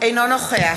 אינו נוכח